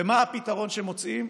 ומה הפתרון שמוצאים?